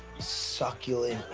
succulent,